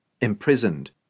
imprisoned